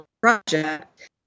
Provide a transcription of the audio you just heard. project